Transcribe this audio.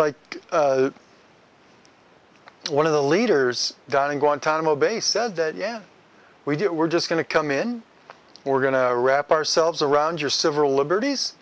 like one of the leaders down in guantanamo bay says that yeah we do it we're just going to come in we're going to wrap ourselves around your civil liberties